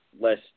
less